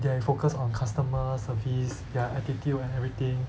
they are in focus on customer service their attitude and everything